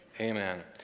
Amen